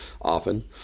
often